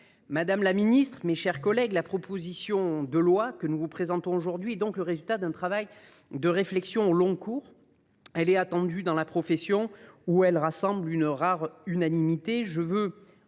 Madame la secrétaire d’État, mes chers collègues, la proposition de loi que nous vous présentons aujourd’hui est donc le résultat d’un travail et de réflexions au long cours. Elle est attendue dans la profession, où elle rassemble une rare unanimité.